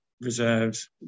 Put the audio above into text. reserves